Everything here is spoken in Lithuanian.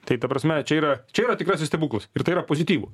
tai ta prasme čia yra čia yra tikrasis stebuklas ir tai yra pozityvu